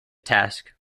task